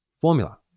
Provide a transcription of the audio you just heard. formula